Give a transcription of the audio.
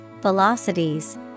velocities